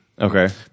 Okay